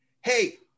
Hey